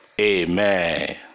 amen